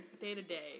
Day-to-day